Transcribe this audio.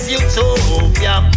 utopia